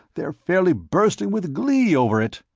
they're fairly bursting with glee over it!